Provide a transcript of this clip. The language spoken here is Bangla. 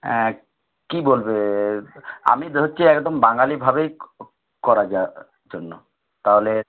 হ্যাঁ কি বলবে আমি ধরছি একদম বাঙালি ভাবেই করা যাক জন্য তাহলে